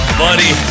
buddy